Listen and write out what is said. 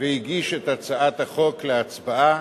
והגיש את הצעת החוק להצבעה,